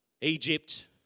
Egypt